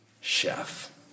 chef